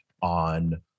on